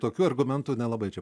tokių argumentų nelabai čia